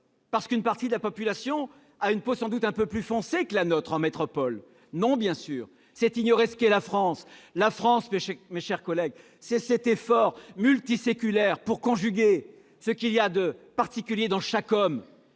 Parce qu'une partie de la population a la peau sans doute un peu plus foncée que la nôtre en métropole ? Non, bien sûr ! C'est ignorer ce qu'est la France. La France, c'est cet effort multiséculaire pour conjuguer ce qu'il y a de particulier dans chaque homme